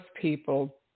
people